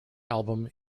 album